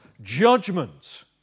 judgment